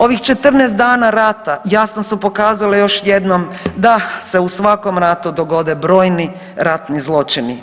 Ovih 14 dana rata jasno su pokazale još jednom da se u svakom ratu dogode brojni ratni zločini.